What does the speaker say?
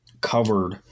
covered